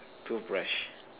toothbrush